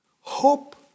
Hope